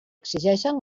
exigeixen